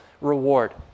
reward